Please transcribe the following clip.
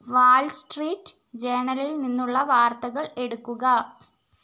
വാൾ street ജേണലിൽ നിന്നുള്ള വാർത്തകൾ എടുക്കുക